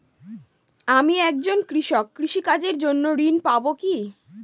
আমি একজন কৃষক কৃষি কার্যের জন্য ঋণ পাব কি?